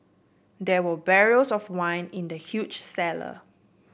there were barrels of wine in the huge cellar